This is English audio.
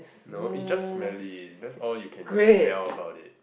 no it's just smelly that's all you can smell about it